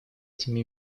этим